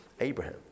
Abraham